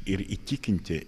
ir įtikinti